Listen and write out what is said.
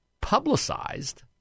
publicized